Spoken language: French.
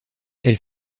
elle